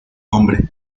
nombre